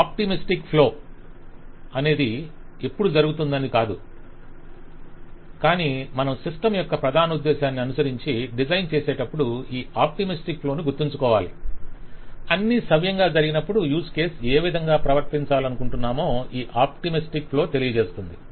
optimistic flow అనేది ఎప్పుడూ జరుగుతుందని కాదు కాని మనం సిస్టమ్ యొక్క ప్రధానోద్దేశ్యాన్ని అనుసరించి డిజైన్ చేసేటప్పుడు ఈ ఆప్టిమిస్టిక్ ఫ్లో ను గుర్తుంచుకోవాలి అన్నీ సవ్యంగా జరిగినప్పుడు యూస్ కేస్ ఏ విధంగా ప్రవర్తించాలనుకొంటున్నామో ఈ ఆప్టిమిస్టిక్ ఫ్లో తెలియజేస్తుంది